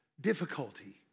difficulty